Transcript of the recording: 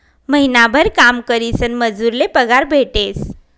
महिनाभर काम करीसन मजूर ले पगार भेटेस